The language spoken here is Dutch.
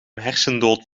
hersendood